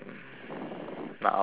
my ulcer is pretty pain